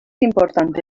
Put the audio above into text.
importante